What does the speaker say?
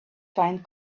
find